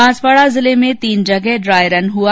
बांसवाड़ा जिले में तीन जगह ड्राई रन हुआ